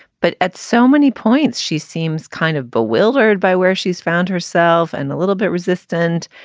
but at so many points, she seems kind of bewildered by where she's found herself and a little bit resistant.